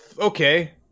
Okay